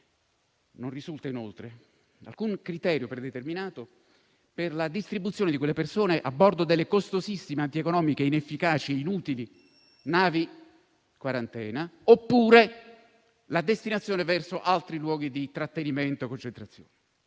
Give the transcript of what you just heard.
Non risulta, inoltre, alcun criterio predeterminato per la distribuzione delle persone a bordo delle costosissime, antieconomiche, inefficaci e inutili navi quarantena, oppure la destinazione verso altri luoghi di trattenimento o di concentrazione.